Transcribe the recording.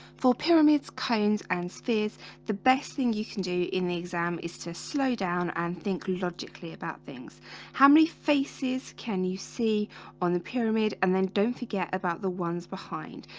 for pyramids cones and spheres the best thing you can do in the exam is to slow down and think logically about things how many phases can you see on the pyramid and then don't forget about the ones behind?